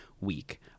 week